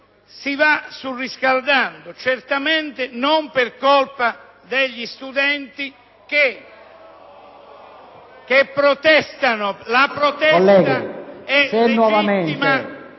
si va surriscaldando, certamente non per colpa degli studenti che protestano. La protesta è legittima...